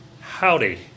Howdy